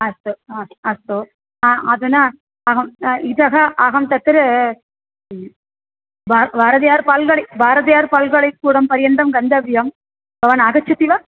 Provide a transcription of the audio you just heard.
अस्तु अस्तु अस्तु अधुना अहम् इतः अहं तत्र वा वारदियार् पालगडि बारतयार् पाल्गळि कूरं पर्यन्तं गन्तव्यं भवान् आगच्छति वा